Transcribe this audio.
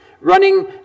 Running